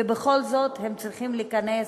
ובכל זאת הם צריכים להיכנס.